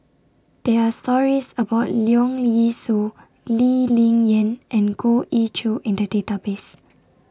There Are stories about Leong Yee Soo Lee Ling Yen and Goh Ee Choo in The Database